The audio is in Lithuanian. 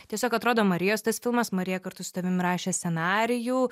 tiesiog atrodo marijos tas filmas marija kartu su tavim rašė scenarijų